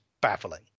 baffling